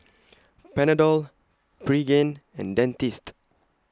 Panadol Pregain and Dentiste